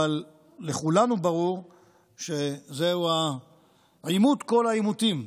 אבל לכולנו ברור שזהו עימות כל העימותים,